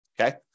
okay